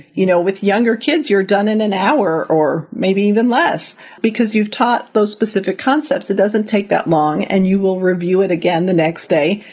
you know, with younger kids, you're done in an hour or maybe even less because you've taught those specific concepts. it doesn't take that long and you will review it again the next day.